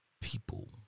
people